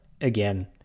again